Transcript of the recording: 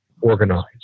organized